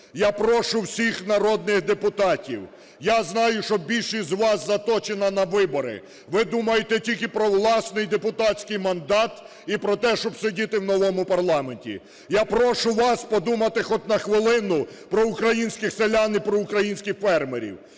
Я прошу всіх народних депутатів, я знаю, що більшість з вас заточена на вибори, ви думаєте тільки про власний депутатський мандат і про те, щоб сидіти у новому парламенті. Я прошу вас подумати хоч на хвилину про українських селян і про українських фермерів.